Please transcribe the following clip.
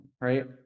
right